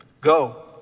Go